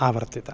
आवर्तिता